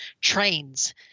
trains